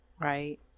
right